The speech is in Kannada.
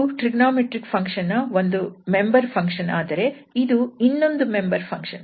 ಇದು ಟ್ರಿಗೊನೋಮೆಟ್ರಿಕ್ ಸಿಸ್ಟಮ್ ನ ಒಂದು ಮೆಂಬರ್ ಫಂಕ್ಷನ್ ಆದರೆ ಇದು ಇನ್ನೊಂದು ಮೆಂಬರ್ ಫಂಕ್ಷನ್